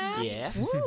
Yes